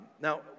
Now